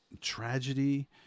tragedy